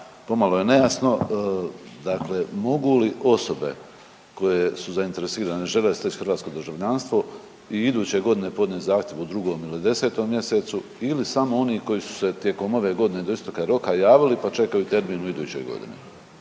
pomalo je nejasno, dakle mogu li osobe koje su zainteresirane i žele steć hrvatsko državljanstvo i iduće godine podnijet zahtjev u 2. ili 10. mjesecu ili samo oni koji su se tijekom ove godine do isteka roka javili, pa čekaju termin u idućoj godini?